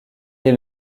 est